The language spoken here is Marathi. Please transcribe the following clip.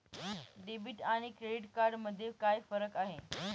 डेबिट आणि क्रेडिट कार्ड मध्ये काय फरक आहे?